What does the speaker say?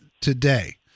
today